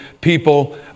People